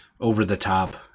over-the-top